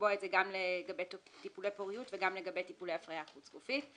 לקבוע את זה גם לגבי טיפולי פוריות וגם לגבי טיפולי הפריה חוץ גופית.